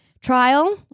trial